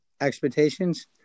expectations